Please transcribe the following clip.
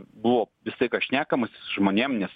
buvo visą laiką šnekamasi su žmonėm nes